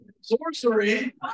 Sorcery